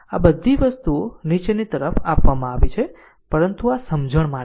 આ બધી વસ્તુઓ નીચેની તરફ આપવામાં આવી છે પરંતુ આ સમજણ માટે છે